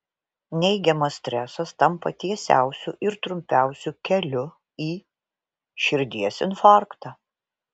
neigiamas stresas tampa tiesiausiu ir trumpiausiu keliu į širdies infarktą